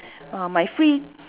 uh my free